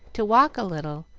to walk a little,